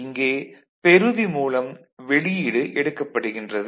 இங்கே பெறுதி மூலம் வெளியீடு எடுக்கப்படுகின்றது